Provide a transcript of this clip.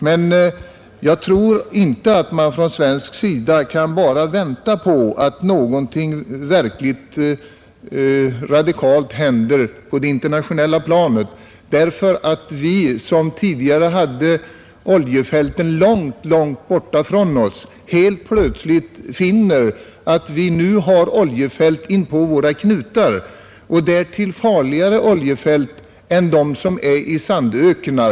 Men jag tror inte att man från svensk sida bara kan vänta på att någonting verkligt radikalt händer på det internationella planet. Vi, som tidigare hade oljefälten långt, långt borta från oss, finner nämligen helt plötsligt att vi nu har oljefält inpå våra knutar — och därtill farligare oljefält än dem som finns i sandöknar.